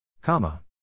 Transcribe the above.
comma